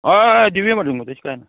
हय हय हय दिवया मरे तुमकां तशें कांय ना